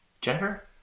Jennifer